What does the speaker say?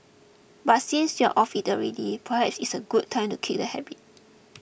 but since you are off it already perhaps it's a good time to kick the habit